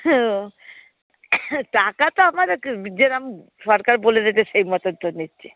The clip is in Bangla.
ও টাকা তো আমাদেরকে যেরকম সরকার বলে দিয়েছে সেই মতোন তো নিচ্ছি